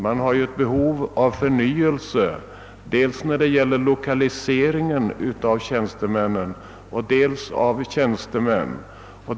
Det finns behov av förnyelse beträffande lokaliseringen av tjänstemännen.